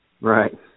Right